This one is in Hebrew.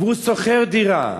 והוא שוכר דירה,